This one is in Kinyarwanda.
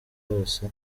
yose